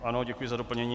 Ano, děkuji za doplnění.